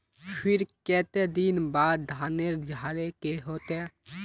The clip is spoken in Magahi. फिर केते दिन बाद धानेर झाड़े के होते?